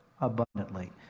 abundantly